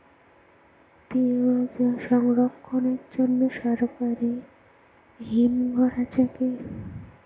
পিয়াজ সংরক্ষণের জন্য সরকারি হিমঘর আছে কি?